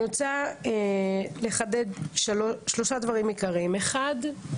אני רוצה לחדד שלושה דברים עיקריים: אחד,